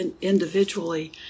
individually